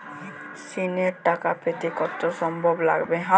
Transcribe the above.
ঋণের টাকা পেতে কত সময় লাগবে?